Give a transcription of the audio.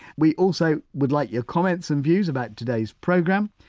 we also would like your comments and views about today's programme.